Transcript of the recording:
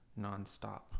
nonstop